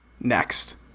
Next